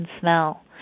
smell